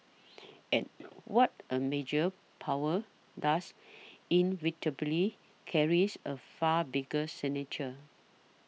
and what a major power does inevitably carries a far bigger signature